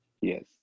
Yes